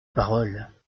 parole